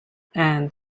and